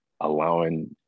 allowing